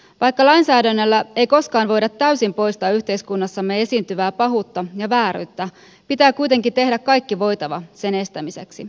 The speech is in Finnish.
vaikka lainsäädännöllä ei koskaan voida täysin poistaa yhteiskunnassamme esiintyvää pahuutta ja vääryyttä pitää kuitenkin tehdä kaikki voitava sen estämiseksi